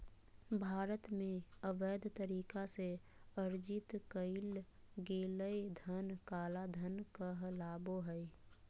भारत में, अवैध तरीका से अर्जित कइल गेलय धन काला धन कहलाबो हइ